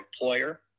employer